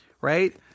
Right